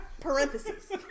Parentheses